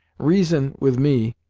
reason, with me,